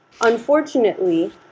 unfortunately